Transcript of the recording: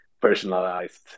personalized